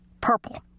purple